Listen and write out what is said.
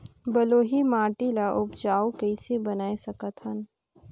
बलुही माटी ल उपजाऊ कइसे बनाय सकत हन?